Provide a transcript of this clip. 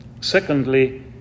secondly